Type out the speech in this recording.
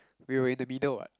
we were in the middle [what]